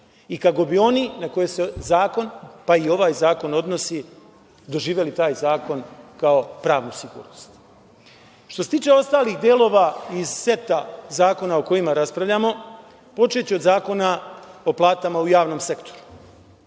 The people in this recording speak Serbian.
i kako bi oni na koje se zakon, pa i ovaj zakon odnosi, doživeli taj zakon kao pravnu sigurnost. Što se tiče ostalih delova iz seta zakona o kojima raspravljamo, počeću od Zakona o platama u javnom sektoru.